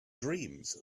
dreams